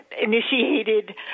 initiated